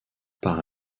par